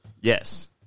yes